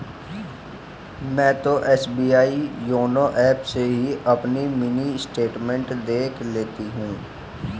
मैं तो SBI YONO app से ही अपनी मिनी स्टेटमेंट देख लेती हूँ